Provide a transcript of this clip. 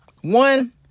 One